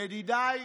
ידידיי,